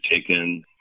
taken